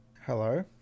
Hello